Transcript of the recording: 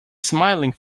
smiling